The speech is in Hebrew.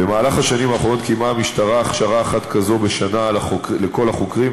במהלך השנים האחרונות קיימה המשטרה הכשרה אחת כזו בשנה לכל החוקרים,